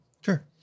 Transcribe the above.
Sure